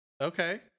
Okay